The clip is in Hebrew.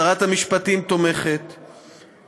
שרת המשפטים תומכת,